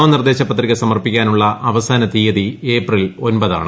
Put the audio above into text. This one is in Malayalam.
നാമനിർദ്ദേശ പത്രിക സ്ട്മ്ർപ്പിക്കാനുള്ള അവസാന തീയതി ഏപ്രിൽ ഒൻപതാണ്